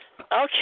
okay